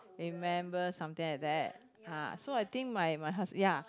remember something like that ah so I think my my husb~ ya